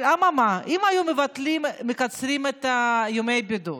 אממה, אם היו מקצרים את ימי הבידוד